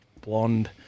blonde